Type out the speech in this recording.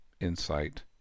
insight